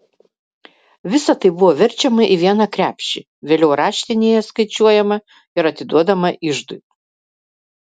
visa tai buvo verčiama į vieną krepšį vėliau raštinėje skaičiuojama ir atiduodama iždui